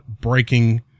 breaking